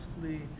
mostly